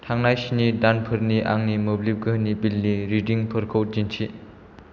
थांनाय स्नि दानफोरनि आंनि मोब्लिब गोहोनि बिलनि रिदिंफोरखौ दिन्थि